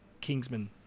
Kingsman